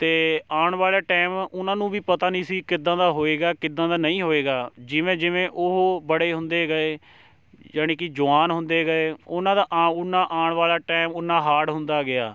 ਅਤੇ ਆਉਣ ਵਾਲੇ ਟਾਈਮ ਉਹਨਾਂ ਨੂੰ ਵੀ ਪਤਾ ਨਹੀਂ ਸੀ ਕਿੱਦਾਂ ਦਾ ਹੋਏਗਾ ਕਿੱਦਾਂ ਦਾ ਨਹੀਂ ਹੋਏਗਾ ਜਿਵੇਂ ਜਿਵੇਂ ਉਹ ਬੜੇ ਹੁੰਦੇ ਗਏ ਜਾਣੀ ਕਿ ਜੁਆਨ ਹੁੰਦੇ ਗਏ ਉਹਨਾਂ ਦਾ ਆ ਉਹਨਾਂ ਦਾ ਆਉਣ ਵਾਲਾ ਟਾਈਮ ਉਹਨਾਂ ਹਾਰਡ ਹੁੰਦਾ ਗਿਆ